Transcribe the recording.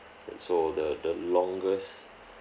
and so the the longest